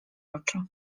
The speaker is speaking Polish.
oczy